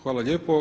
Hvala lijepo.